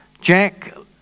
Jack